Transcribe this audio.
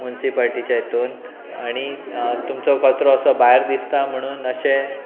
मुनसिपालटीच्या हितून आणी तुमचो कचरो असो भायर दिसता म्हणून अशें